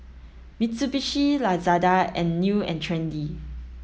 Mitsubishi Lazada and New and Trendy